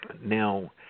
Now